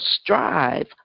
strive